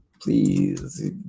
Please